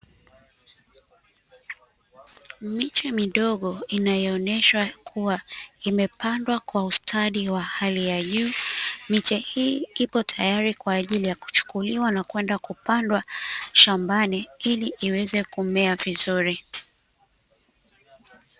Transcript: Miche midogo inayoonyeshwa kuwa imepandwa kwa ustadi wa hali ya juu, miche hii ipo tayari kwaajili ya kuchukuliwa na kwenda kupandwa shambani ili iweze kumea vizuri.